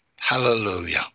hallelujah